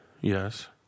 yes